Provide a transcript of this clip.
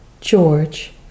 George